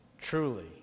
truly